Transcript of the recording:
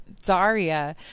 Zarya